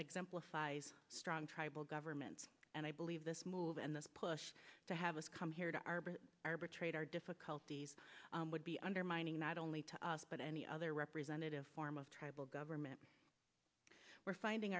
exemplifies strong tribal governments and i believe this move and this push to have us come here to our but arbitrate our difficulties would be under my not only to us but any other representative form of tribal government we're finding